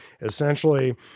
Essentially